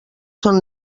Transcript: són